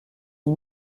les